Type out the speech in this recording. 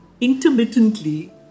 intermittently